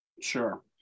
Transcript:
Sure